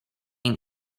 een